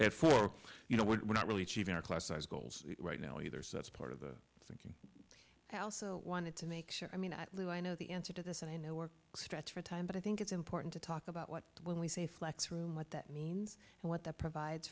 efore you know we're not really achieve in our class size goals right now either so that's part of the thing i also wanted to make sure i mean at least i know the answer to this and i know we're stretch for time but i think it's important to talk about what when we say flex room what that means and what that provides